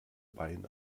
bein